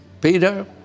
Peter